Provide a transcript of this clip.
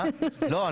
לא,